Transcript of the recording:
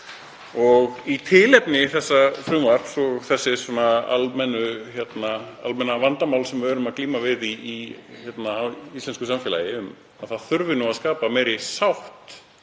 Í tilefni þessa frumvarps og þess almenna vandamáls sem við erum að glíma við í íslensku samfélagi að það þurfi að skapa meiri sátt